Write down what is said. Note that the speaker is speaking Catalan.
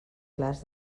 clars